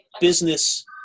business